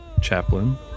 chaplain